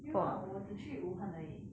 没有 lah 我只去武汉而已